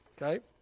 Okay